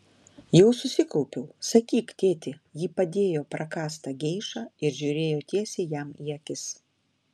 jau susikaupiau sakyk tėti ji padėjo prakąstą geišą ir žiūrėjo tiesiai jam į akis